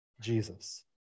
Jesus